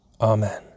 Amen